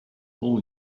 all